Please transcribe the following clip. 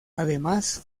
además